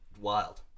wild